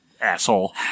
Asshole